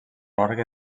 orgue